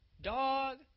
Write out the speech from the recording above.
dog